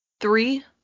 Three